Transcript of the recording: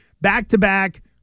Back-to-back